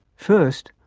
first,